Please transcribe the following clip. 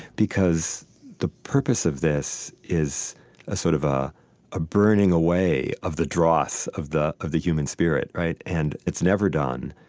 because the purpose of this is ah sort of ah a burning away of the dross of the of the human spirit, right? and it's never done,